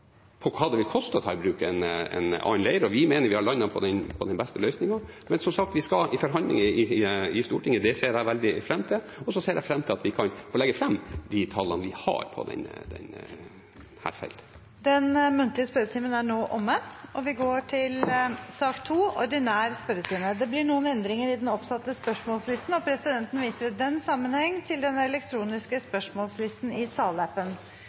på hva det vil koste å ta i bruk en annen leir, og vi mener vi har landet på den beste løsningen, men som sagt skal vi i forhandlinger i Stortinget. Det ser jeg veldig fram til, og jeg ser fram til at vi kan få legge fram de tallene vi har på dette feltet. Den muntlige spørretimen er nå omme. Det blir noen endringer i den oppsatte spørsmålslisten, og presidenten viser i den sammenheng til den elektroniske